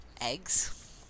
eggs